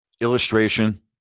illustration